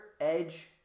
edge